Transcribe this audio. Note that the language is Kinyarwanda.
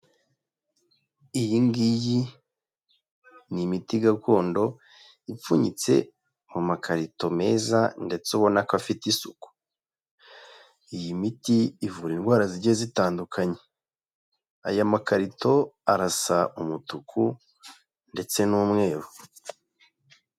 Iyi ngiyi ni imiti gakondo ipfunyitse mu makarito meza ndetse ubona ko afite isuku, iyi miti ivura indwara zigiye zitandukanye. Aya makarito arasa umutuku ndetse n'umweru.